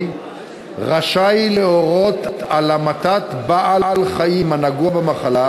רשאי להורות על המתת בעל-חיים הנגוע במחלה,